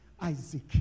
Isaac